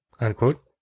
unquote